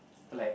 like